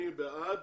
אני בעד